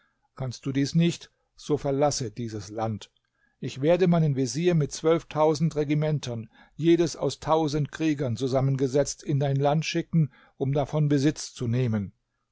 kannst du dies nicht so verlasse dieses land ich werde meinen vezier mit zwölftausend regimentern jedes aus tausend kriegern zusammengesetzt in dein land schicken um davon besitz zu nehmen